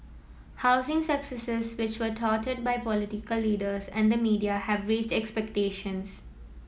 housing successes which were touted by political leaders and the media have raised expectations